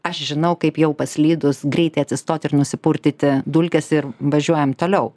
aš žinau kaip jau paslydus greitai atsistot ir nusipurtyti dulkes ir važiuojam toliau